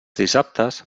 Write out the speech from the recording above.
dissabtes